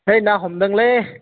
है ना हमदोंलै